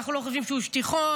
לא חושבים שהוא שטיחון.